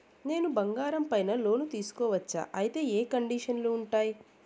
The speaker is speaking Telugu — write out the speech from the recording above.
నేను బంగారం పైన లోను తీసుకోవచ్చా? అయితే ఏ కండిషన్లు ఉంటాయి?